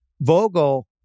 Vogel